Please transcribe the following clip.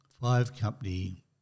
five-company